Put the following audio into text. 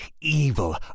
evil